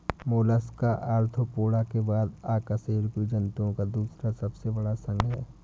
Mollusca Arthropoda के बाद अकशेरुकी जंतुओं का दूसरा सबसे बड़ा संघ है